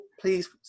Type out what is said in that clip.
please